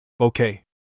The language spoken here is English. Okay